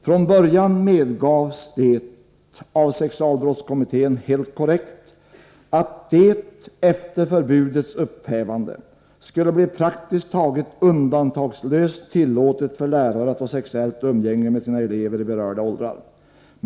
Från början medgavs det helt korrekt av sexualbrottskommittén att det efter förbudets upphävande skulle bli praktiskt taget undantagslöst tillåtet för lärare att ha sexuellt umgänge med sina elever i berörda åldrar.